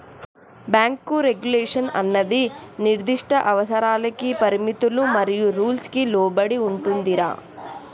bank regulation అన్నది నిర్దిష్ట అవసరాలకి పరిమితులు మరియు రూల్స్ కి లోబడి ఉంటుందిరా